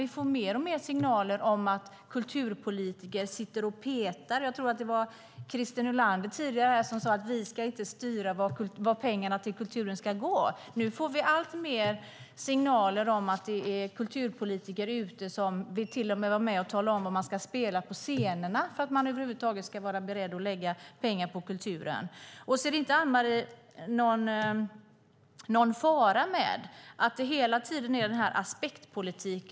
Vi får mer och mer signaler om att kulturpolitiker petar i saker. Jag tror att det var Christer Nylander som här tidigare sade att vi inte ska styra vart pengarna till kulturen ska gå. Nu får vi alltmer signaler om att kulturpolitiker till och med vill vara med och tala om vad man ska spela på scenerna för att vara beredda att lägga pengar på kulturen. Ser inte Anne Marie någon fara med att det hela tiden handlar om aspektpolitik?